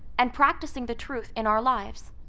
and practicing the truth in our lives.